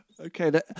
Okay